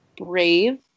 Brave